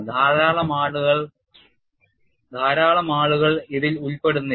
ധാരാളം ആളുകൾ അതിൽ ഉൾപ്പെടുന്നില്ല